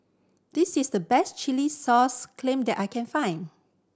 this is the best chilli sauce clams that I can find